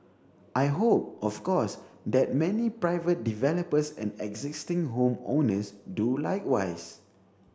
I hope of course that many private developers and existing home owners do likewise